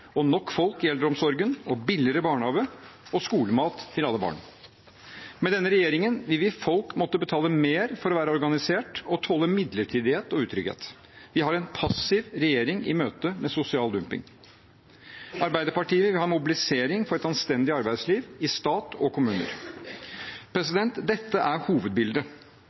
og nok folk i eldreomsorgen, billigere barnehage og skolemat til alle barn. Med denne regjeringen vil folk måtte betale mer for å være organisert og tåle midlertidighet og utrygghet. Vi har en passiv regjering i møte med sosial dumping. Arbeiderpartiet vil ha mobilisering for et anstendig arbeidsliv – i stat og kommuner. Dette er hovedbildet: